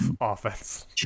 offense